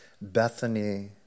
Bethany